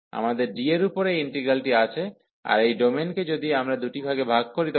আমাদের D এর উপর এই ইন্টিগ্রালটি আছে আর এই ডোমেনকে যদি আমরা দুটি ভাগে ভাগ করি তবে